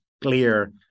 clear